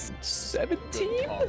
Seventeen